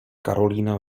karolína